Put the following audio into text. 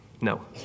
No